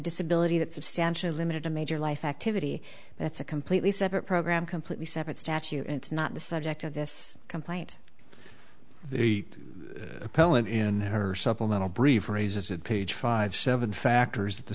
disability that substantially limited to major life activity that's a completely separate program completely separate statute it's not the subject of this complaint the appellant in her supplemental brief raises it page five seven factors that the